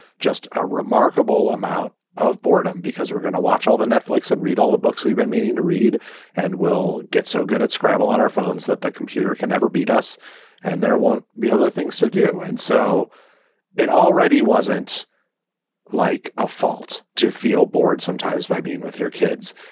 just a remarkable amount of boredom because we're gonna watch all the netflix and read all the books we've been meaning to read and will get so good at scrabble on our phones that the computer can never beat us and there won't be other things to do. and so it already wasn't like a fault to feel bored sometimes by being with your kids.